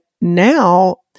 now